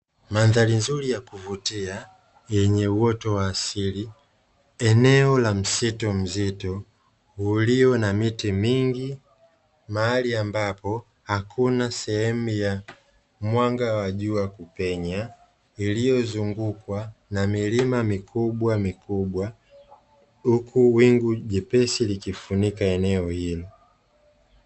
Mandhari nzuri ya kuvutia yenye uoto wa asili, eneo la mzitu mzito ulio na miti mingi mahali ambapo hakuna sehemu ya mwanga wa jua kupenya iliyozunguukwa na milima mikubwamikubwa huku wingu jepesi likifunika eneo hilo.